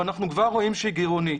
ואנחנו כבר רואים שהיא גירעונית.